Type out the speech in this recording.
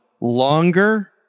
longer